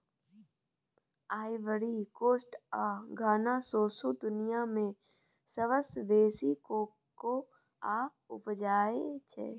Ivory Coast आ Ghana सौंसे दुनियाँ मे सबसँ बेसी कोकोआ उपजाबै छै